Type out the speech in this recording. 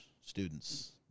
students